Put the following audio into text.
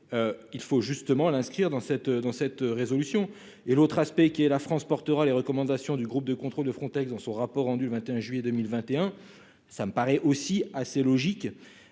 Il faut justement l'inscrire dans cette, dans cette résolution et l'autre aspect qui est la France portera les recommandations du groupe de contrôle de Frontex dans son rapport rendu le 21 juillet 2021. Ça me paraît aussi assez logique.